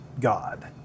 God